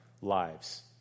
lives